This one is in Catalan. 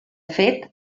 fet